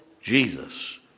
Jesus